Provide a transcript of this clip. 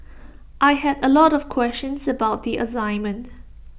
I had A lot of questions about the assignment